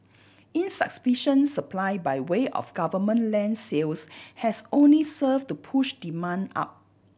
insufficient supply by way of government land sales has only served to push demand up